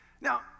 Now